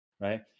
Right